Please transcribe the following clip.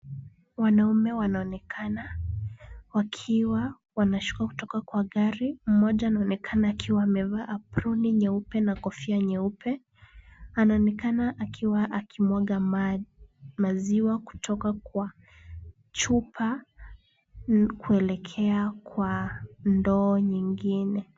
Wanaume wanaonekana wakiwa wanashuka kutoka gari, mmoja anaonekana akiwa amevaa aproni nyeupe na kofia nyeupe. Anaonekana akiwa akimwaga maziwa kutoka kwa chupa kuelekea kwa ndoo nyingine.